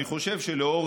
אני חושב שלאור